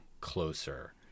closer